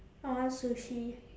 I want sushi